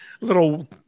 little